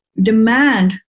demand